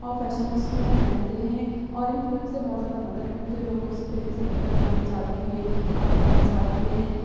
اور فیشنس میں پہنتے ہیں اور ان فلم سے بہت زیادہ مدد ملتی ہے لوگ اسی طریقے سے کپڑے بنانا چاہتے ہیں اور پہننا چاہتے ہیں